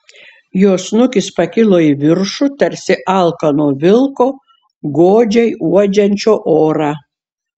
jo snukis pakilo į viršų tarsi alkano vilko godžiai uodžiančio orą